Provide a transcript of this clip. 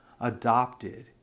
adopted